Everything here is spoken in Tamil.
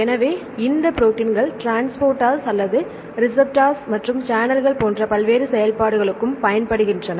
எனவே இந்த ப்ரோடீன்கள் ட்ரான்ஸ்போர்ட்ஸ்ர்ஸ் அல்லது ரிசெப்ட்டார்ஸ் மற்றும் சேனல்கள் channels போன்ற பல்வேறு செயல்பாடுகளுக்கும் பயன்படுகின்றன